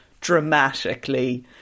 dramatically